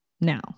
now